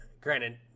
granted